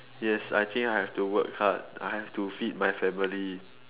yes I think I have to work hard I have to feed my family